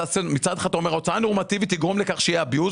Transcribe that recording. כשמצד אחד אתה אומר: "הוצאה נורמטיבית תגרום לכך שיהיה Abuse",